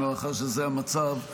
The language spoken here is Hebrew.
מאחר שזה המצב,